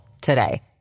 today